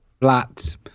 flat